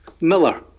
Miller